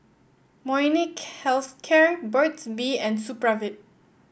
Molnylcke Health Care Burt's Bee and Supravit